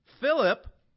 Philip